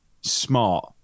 smart